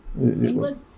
England